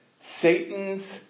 Satan's